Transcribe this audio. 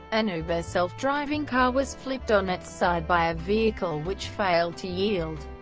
an uber self-driving car was flipped on its side by a vehicle which failed to yield.